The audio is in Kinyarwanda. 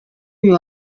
uyu